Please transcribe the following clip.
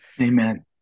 amen